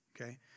okay